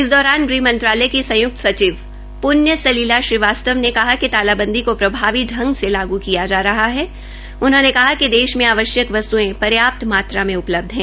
इस दौरान गृहमंत्रालय की संयुक्त सचिव पृण्य सलिला श्रीवास्तव ने कहा कि तालाबंदी को प्रभावी ांग से लागू किया जा रहा है उन्होंने कहा कि देश में अवाश्यक वस्त्यें पर्याप्त मात्रा में उपलब्ध है